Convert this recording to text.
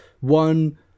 One